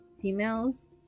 females